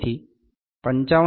તેથી 55